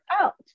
out